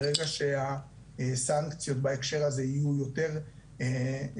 ברגע שהסנקציות בהקשר זה יהיו יותר נוכחות,